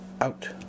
out